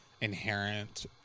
inherent